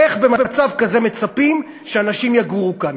איך במצב כזה מצפים שאנשים יגורו כאן?